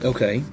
Okay